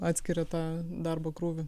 atskiria tą darbo krūvį